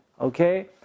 Okay